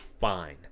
fine